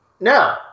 No